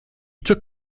took